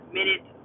minute